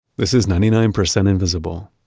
this is ninety nine percent invisible.